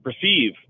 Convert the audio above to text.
perceive